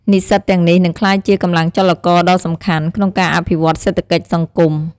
និស្សិតទាំងនេះនឹងក្លាយជា កម្លាំងចលករដ៏សំខាន់ ក្នុងការអភិវឌ្ឍន៍សេដ្ឋកិច្ចសង្គម។